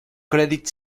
credit